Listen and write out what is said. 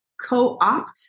co-opt